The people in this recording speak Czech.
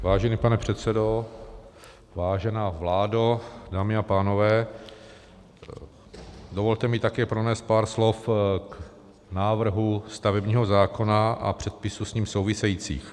Vážený pane předsedo, vážená vládo, dámy a pánové, dovolte mi také pronést pár slov k návrhu stavebního zákona a předpisů s ním souvisejících.